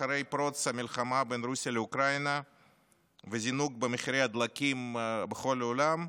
אחרי פרוץ המלחמה בין רוסיה לאוקראינה וזינוק במחירי הדלקים בכל העולם,